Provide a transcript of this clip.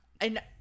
And-